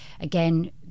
again